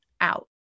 out